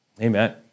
Amen